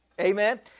Amen